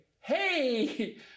hey